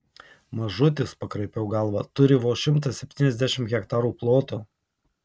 mažutis pakraipiau galvą turi vos šimtą septyniasdešimt hektarų ploto